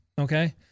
okay